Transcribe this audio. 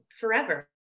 forever